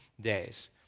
days